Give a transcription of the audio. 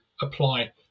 apply